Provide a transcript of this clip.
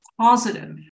positive